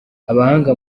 abahanga